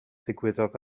ddigwyddodd